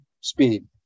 speed